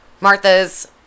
Martha's